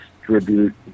distribute